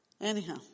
Anyhow